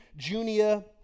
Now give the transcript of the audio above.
Junia